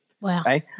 Wow